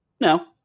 No